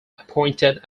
appointed